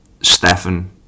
Stefan